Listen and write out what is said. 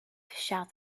shouted